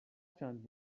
چند